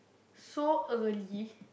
so early